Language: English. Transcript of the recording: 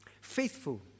faithful